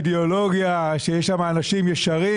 אידיאולוגיה, שיש שם אנשים ישרים,